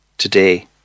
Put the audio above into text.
Today